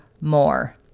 more